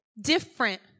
different